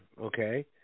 okay